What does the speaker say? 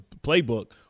playbook